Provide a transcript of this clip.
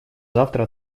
завтра